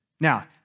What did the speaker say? Now